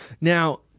Now